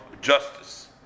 justice